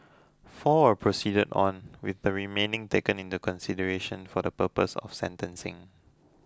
four were proceeded on with the remaining taken into consideration for the purposes of sentencing